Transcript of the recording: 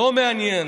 לא מעניין.